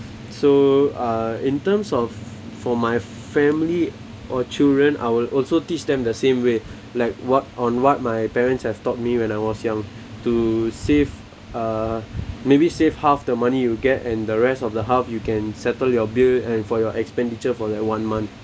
so uh in terms of for my family or children I will also teach them the same way like what on what my parents have taught me when I was young to save uh maybe save half the money you get and the rest of the half you can settle your bill and for your expenditure for like one month